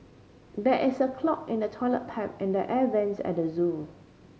there is a clog in the toilet pipe and the air vents at the zoo